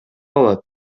алат